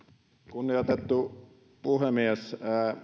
kunnioitettu puhemies